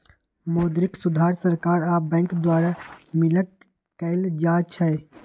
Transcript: मौद्रिक सुधार सरकार आ बैंक द्वारा मिलकऽ कएल जाइ छइ